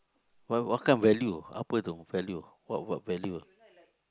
why what kind of value apa value what what value